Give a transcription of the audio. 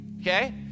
okay